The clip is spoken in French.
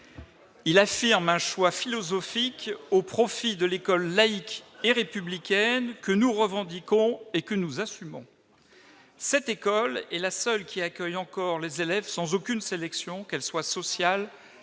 à affirmer un choix philosophique au profit de l'école laïque et républicaine, que nous revendiquons et que nous assumons. Cette école est la seule qui accueille encore les élèves sans aucune sélection, qu'elle soit sociale, économique